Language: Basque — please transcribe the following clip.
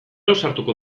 ausartuko